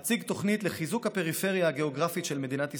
אציג תוכנית לחיזוק הפריפריה הגיאוגרפית של מדינת ישראל,